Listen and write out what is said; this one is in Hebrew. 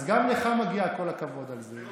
אז גם לך מגיע כל הכבוד על זה.